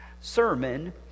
sermon